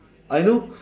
I know